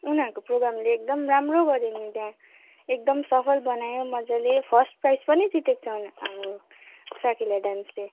उनीहरूको प्रोगामले एकदम राम्रो गऱ्यो नि त्यहाँ एकदम सफल बनायो मज्जाले फर्स्ट प्राइस पनि जितेको छ हाम्रो साकेला डान्सले